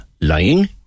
lying